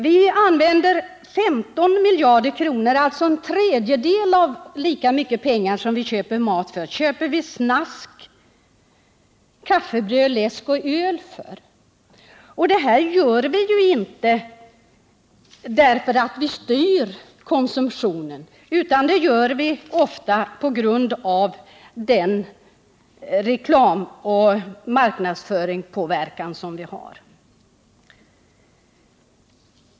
Vi använder 15 miljarder kronor — alltså en tredjedel av den summa pengar som vi köper mat för — till att köpa snask, kaffebröd, läsk och öl för. Detta gör vi ju inte därför att vi styr konsumtionen, utan vi gör det ofta på grund av den reklamoch marknadsföringspåverkan som vi utsätts för.